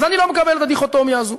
אז אני לא מקבל את הדיכוטומיה הזאת,